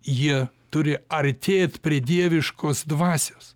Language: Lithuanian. jie turi artėt prie dieviškos dvasios